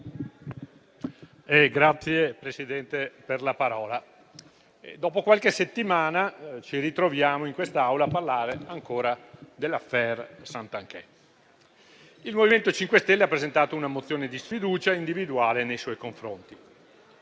Signor Presidente, dopo qualche settimana ci ritroviamo in quest'Aula a parlare ancora dell'*affaire* Santanchè. Il MoVimento 5 Stelle ha presentato una mozione di sfiducia individuale nei suoi confronti.